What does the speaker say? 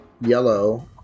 yellow